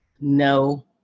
no